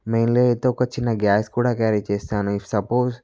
mainly అయితే ఒక చిన్న గ్యాస్ కూడా క్యారీ చేస్తాను ఇఫ్ సపోజ్